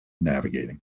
navigating